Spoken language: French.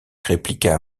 répliqua